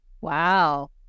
Wow